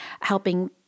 helping